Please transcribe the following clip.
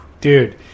dude